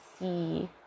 see